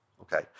okay